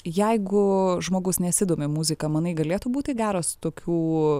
jeigu žmogus nesidomi muzika manai galėtų būti geros tokių